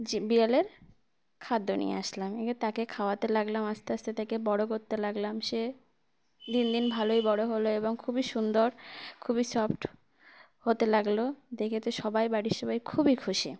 যে বিড়ালের খাদ্য নিয়ে আসলাম এ তাকে খাওয়াতে লাগলাম আস্তে আস্তে তাকে বড়ো কোত্তে লাগলাম সে দিন দিন ভালোই বড়ো হলো এবং খুবই সুন্দর খুবই সফট হতে লাগলো দেখে তো সবাই বাড়ির সবাই খুবই খুশি